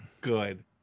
good